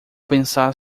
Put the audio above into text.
pensar